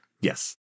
Yes